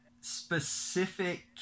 specific